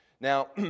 Now